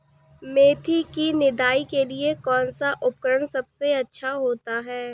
मेथी की निदाई के लिए कौन सा उपकरण सबसे अच्छा होता है?